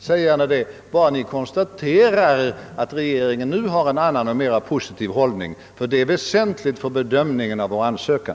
Säg detta bara ni konstaterar att regeringen nu kommit till en annan och mera positiv praktisk slutsats, ty detta är väsentligt för bedömningen av vår ansökan.